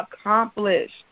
accomplished